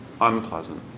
unpleasant